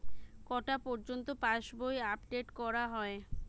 কটা পযর্ন্ত পাশবই আপ ডেট করা হয়?